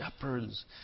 shepherds